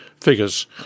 figures